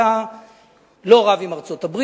אתה לא רב עם ארצות-הברית,